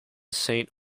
saint